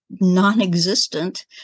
non-existent